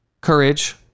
courage